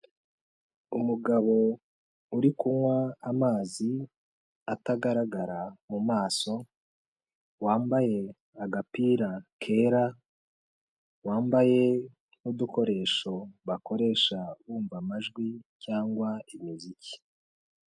Umugabo uri kunywa amazi atagaragara mu maso wambaye agapira kera, wambaye n'udukoresho bakoresha bumva amajwi cyangwa imiziki.